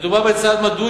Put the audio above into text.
מדובר בצעד מדוד,